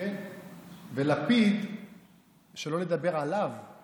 לכן אמרתי לה קודם את המילים.